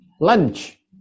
Lunch